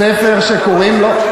ספר שקוראים לו,